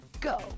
Go